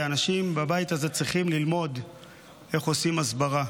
ואנשים בבית הזה צריכים ללמוד איך עושים הסברה.